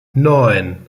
neun